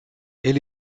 elle